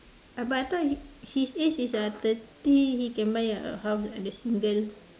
uh but I thought his age is uh thirty he can buy a house under single